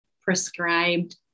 prescribed